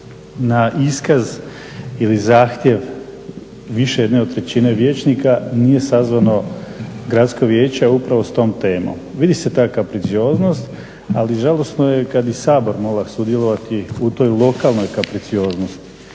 na iskaz ili zahtjev više ne od trećine vijećnika nije sazvano gradsko vijeće a upravo s tom temom. Vidi se ta kapricioznost ali žalosno je kad bi Sabor mogao sudjelovati u toj lokalnoj kapricioznosti.